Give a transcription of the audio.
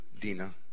Dina